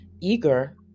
eager